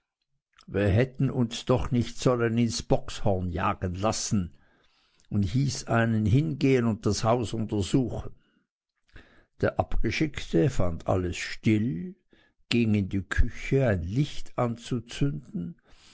wir hätten uns doch nicht sollen ins bockshorn jagen lassen und hieß einen hingehen und das haus untersuchen der abgeschickte fand alles still ging in die küche ein licht anzuzünden